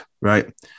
right